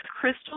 crystal